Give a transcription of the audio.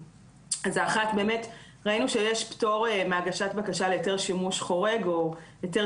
ראינו שיש פטור מהגשת בקשה להיתר שימוש חורג או היתר